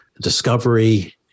discovery